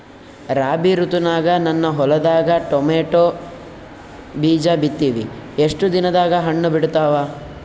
ರಾಬಿ ಋತುನಾಗ ನನ್ನ ಹೊಲದಾಗ ಟೊಮೇಟೊ ಬೀಜ ಬಿತ್ತಿವಿ, ಎಷ್ಟು ದಿನದಾಗ ಹಣ್ಣ ಬಿಡ್ತಾವ?